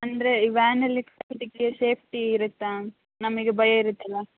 ಅಂದರೆ ಈ ವ್ಯಾನಲ್ಲಿ ಸೇಫ್ಟೀ ಇರುತ್ತಾ ನಮಗೆ ಭಯ ಇರುತ್ತಲ್ಲಾ